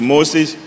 Moses